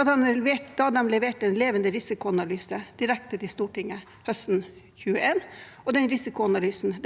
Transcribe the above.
da de leverte en levende risikoanalyse direkte til Stortinget høsten 2021 – og den risikoanalysen,